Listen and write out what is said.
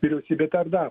vyriausybė tą ir daro